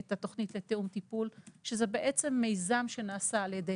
את התוכנית לתיאום טיפול שזה בעצם מיזם שנעשה על ידי